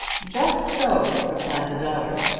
just so, replied the daughter.